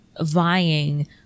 vying